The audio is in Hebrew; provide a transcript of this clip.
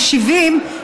70,